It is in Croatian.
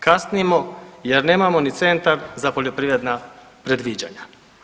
Kasnimo jer nemamo ni Centar za poljoprivredna predviđanja.